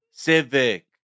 Civic